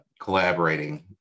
collaborating